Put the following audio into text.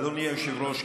אדוני היושב-ראש,